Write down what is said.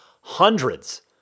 hundreds